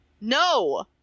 No